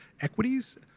equities